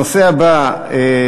איפה הקואליציה?